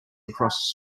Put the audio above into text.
across